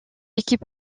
équipe